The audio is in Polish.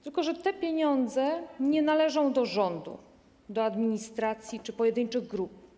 Tylko że te pieniądze nie należą do rządu, do administracji czy pojedynczych grup.